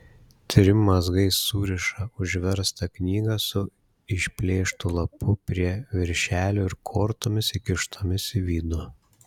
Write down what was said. trim mazgais suriša užverstą knygą su išplėštu lapu prie viršelio ir kortomis įkištomis į vidų